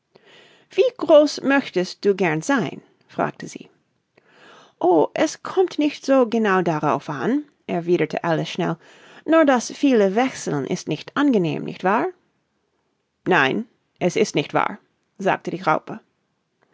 wie groß möchtest du gern sein fragte sie oh es kommt nicht so genau darauf an erwiederte alice schnell nur das viele wechseln ist nicht angenehm nicht wahr nein es ist nicht wahr sagte die raupe